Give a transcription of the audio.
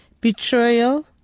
betrayal